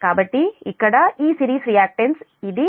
కాబట్టి ఇక్కడ ఈ సిరీస్ రియాక్టన్స్ ఇది 1p